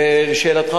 לשאלתך,